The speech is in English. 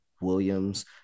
Williams